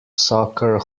soccer